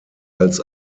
als